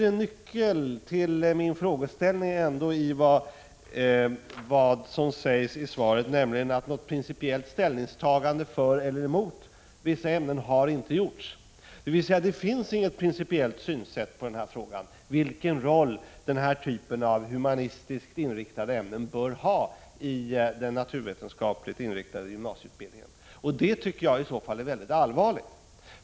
Men nyckeln till min frågeställning är kanske ändå att det, såsom framhålls i svaret, inte gjorts något principiellt ställningstagande för eller emot vissa ämnen. Det finns således inget principiellt synsätt när det gäller frågan om vilken roll denna typ av humanistiska ämnen bör ha inom den naturvetenskapligt inriktade gymnasieutbildningen. Det tycker jag i så fall är väldigt allvarligt.